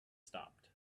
stopped